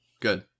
Good